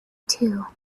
two